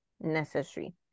necessary